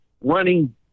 running